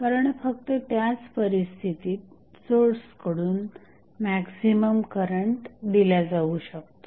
कारण फक्त त्याच परिस्थितीत सोर्सकडून मॅक्झिमम करंट दिला जाऊ शकतो